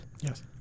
Yes